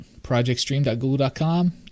projectstream.google.com